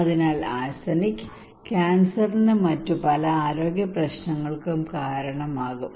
അതിനാൽ ആർസനിക് ക്യാൻസറിനും മറ്റ് പല ആരോഗ്യപ്രശ്നങ്ങൾക്കും കാരണമാകും